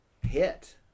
hit